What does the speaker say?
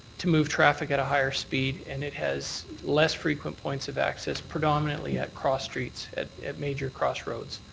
to move traffic at a higher speed, and it has less frequent points of access predominantly at cross-streets, at at major crossroads.